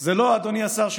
ואז, אדוני השר,